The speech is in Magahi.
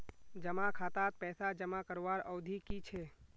जमा खातात पैसा जमा करवार अवधि की छे?